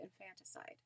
infanticide